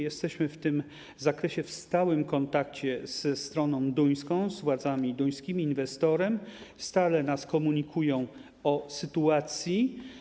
Jesteśmy w tym zakresie w stałym kontakcie ze stroną duńską, z władzami duńskimi, inwestorami, którzy stale nas informują o sytuacji.